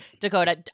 Dakota